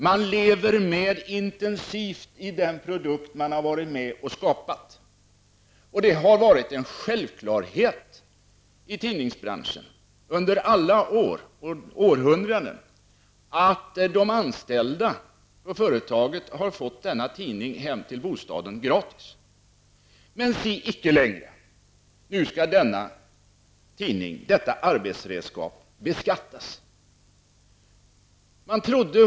Man lever med intensivt i den produkt man har varit med om att skapa, och det har varit en självklarhet i tidningsbranschen, under århundraden, att de anställda hos företaget har fått denna tidning hem till bostaden gratis. Men se, icke längre! Nu skall detta arbetsredskap beskattas.